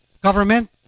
government